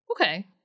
Okay